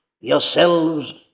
yourselves